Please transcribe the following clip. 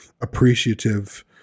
appreciative